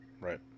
Right